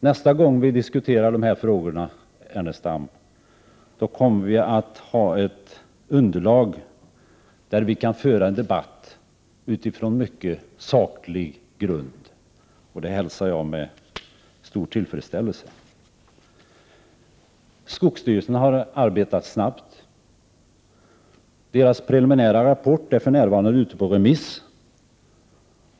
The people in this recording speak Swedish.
Nästa gång vi kommer att diskutera dessa frågor, Lars Ernestam, kommer vi att ha ett underlag som gör att vi kan föra en debatt på en mycket saklig grund. Det hälsar jag med tillfredsställelse. Skogsstyrelsen har arbetat snabbt. Den preliminära rapporten är för närvarande ute på remiss.